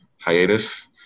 hiatus